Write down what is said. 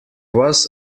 was